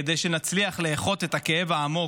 כדי שנצליח לאחות את הכאב העמוק,